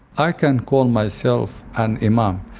i can call myself an imam,